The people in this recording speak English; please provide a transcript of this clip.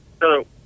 Hello